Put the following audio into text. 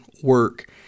work